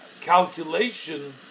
calculation